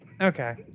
okay